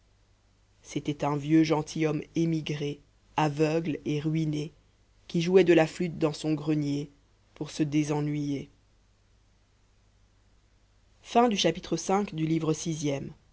c'était un vieux gentilhomme émigré aveugle et ruiné qui jouait de la flûte dans son grenier pour se désennuyer chapitre vi